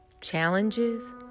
Challenges